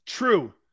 True